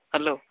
hello